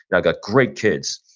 yeah got great kids,